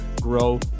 grow